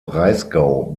breisgau